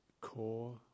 core